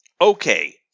Okay